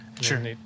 Sure